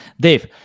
Dave